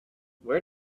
where